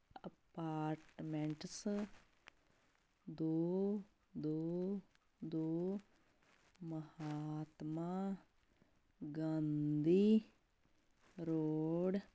apartments ਦੋ ਦੋ ਦੋ ਮਹਾਤਮਾ ਗਾਂਧੀ ਰੋੜ